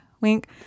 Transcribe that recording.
wink